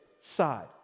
side